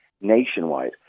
nationwide